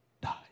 die